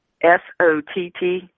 S-O-T-T